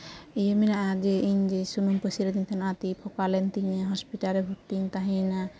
ᱤᱭᱟᱹ ᱢᱮᱱᱟᱜᱼᱟ ᱡᱮ ᱤᱧ ᱡᱮ ᱥᱩᱱᱩᱢ ᱯᱟᱹᱥᱤᱨ ᱟᱹᱫᱤᱧ ᱛᱟᱦᱮᱱᱟ ᱟᱨ ᱛᱤ ᱯᱷᱳᱠᱟ ᱞᱮᱱᱛᱤᱧᱟ ᱦᱚᱥᱯᱤᱴᱟᱞ ᱨᱮᱧ ᱵᱷᱚᱨᱛᱤᱧ ᱛᱟᱦᱮᱸᱭᱮᱱᱟ